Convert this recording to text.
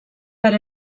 per